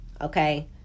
Okay